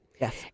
Yes